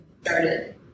started